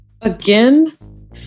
Again